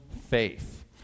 faith